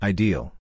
Ideal